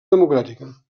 democràtica